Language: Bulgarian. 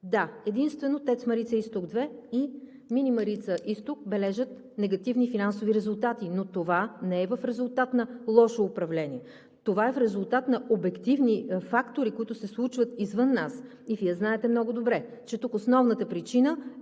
Да, единствено „ТЕЦ Марица изток 2“ и „Мини Марица изток“ бележат негативни финансови резултати, но това не е в резултат на лошо управление. Това е в резултат на обективни фактори, които се случват извън нас. Вие знаете много добре, че тук основната причина е